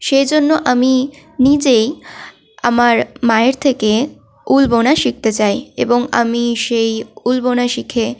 সেই জন্য আমি নিজেই আমার মায়ের থেকে উল বোনা শিখতে চাই এবং আমি সেই উল বোনা শিখে